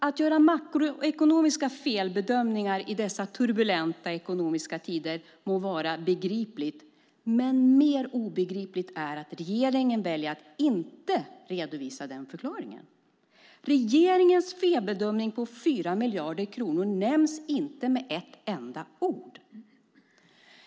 Att i dessa ekonomiskt turbulenta tider göra makroekonomiska felbedömningar må vara begripligt. Mer obegripligt är att regeringen väljer att inte redovisa den förklaringen. Regeringens felbedömning på 4 miljarder kronor nämns inte med ett enda ord.